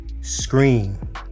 scream